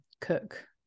cook